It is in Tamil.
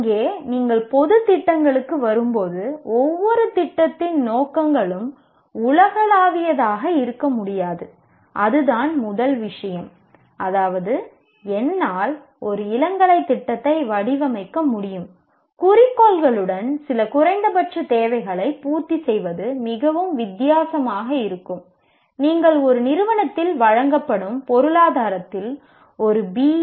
இங்கே நீங்கள் பொது திட்டங்களுக்கு வரும்போது ஒவ்வொரு திட்டத்தின் நோக்கங்களும் உலகளாவியதாக இருக்க முடியாது அதுதான் முதல் விஷயம் அதாவது என்னால் ஒரு இளங்கலை திட்டத்தை வடிவமைக்க முடியும் குறிக்கோள்களுடன் சில குறைந்தபட்ச தேவைகளை பூர்த்தி செய்வது மிகவும் வித்தியாசமாக இருக்கும் நீங்கள் ஒரு நிறுவனத்தில் வழங்கப்படும் பொருளாதாரத்தில் ஒரு பி